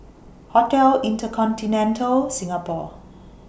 Hotel InterContinental Singapore